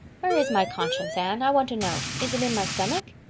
where is my conscience, anne? i want to know. is it in my stomach?